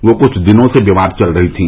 वह कुछ दिनों से बीमार चल रही थी